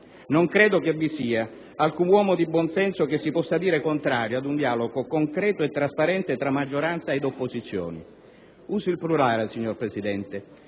Non credo che vi sia alcun uomo di buon senso che si possa dire contrario ad un dialogo concreto e trasparente tra maggioranza ed opposizioni. Uso il plurale, signor Presidente,